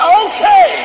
okay